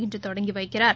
இன்றுதொடங்கிவைக்கிறார்